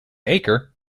acre